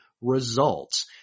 results